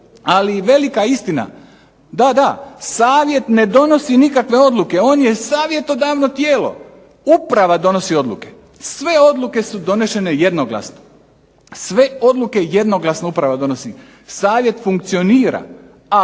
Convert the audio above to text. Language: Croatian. ali jedina istina savjet ne donosi nikakve odluke on je savjetodavno tijelo. Uprava donosi odluke, sve odluke su donešene jednoglasno, savjet funkcionira a